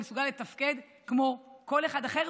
הוא מסוגל לתפקד כמו כל אחד אחר,